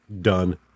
done